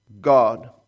God